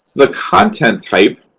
the content type.